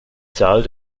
zahl